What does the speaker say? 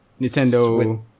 Nintendo